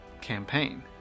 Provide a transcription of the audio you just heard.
campaign